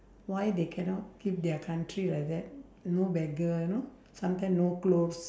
why they cannot keep their country like that no beggar you know sometimes no clothes